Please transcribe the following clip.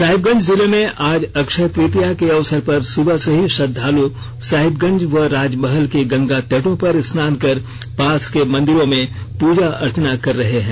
साहिबगंज जिले में आज अक्षय तृतीया के अवसर पर सुबह से ही श्रद्दालु साहिबगंज व राजमहल के गंगा तटों पर स्नान कर पास के मंदिरों में पूजा अर्चना कर रहे हैं